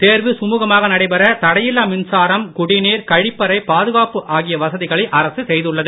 தேர்வு சுமூகமாக நடைபெற தடையில்லா மின்சாரம் குடிநீர் கழிப்பறை பாதுகாப்பு ஆகிய வசதிகளை அரசு செய்துள்ளது